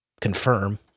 confirm